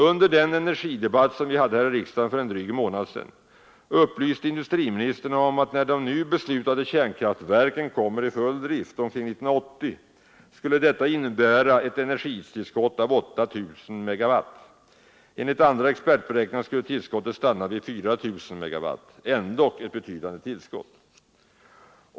Under den energidebatt som vi hade här i riksdagen för en dryg månad sedan upplyste industriministern om att när de nu beslutade kärnkraftverken kommer i full drift omkring 1980, skulle detta innebära ett energitillskott av 8 000 megawatt. Enligt andra beräkningar skulle tillskottet stanna vid 4 000 megawatt — ändock ett betydande tillskott.